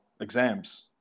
exams –